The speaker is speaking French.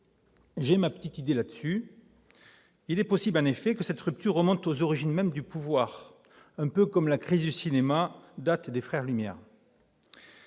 J'ai ma petite idée sur ce point : il est possible que cette rupture remonte aux origines même du pouvoir, un peu comme la crise du cinéma date des frères Lumières